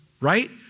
right